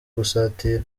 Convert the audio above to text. gusatira